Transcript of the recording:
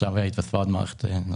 עכשיו התווספה עוד מערכת נוספת.